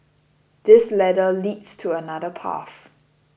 this ladder leads to another path